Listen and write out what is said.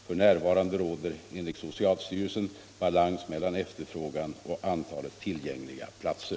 F. n. råder enligt socialstyrelsen balans mellan efterfrågan och antalet tillgängliga platser.